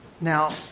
Now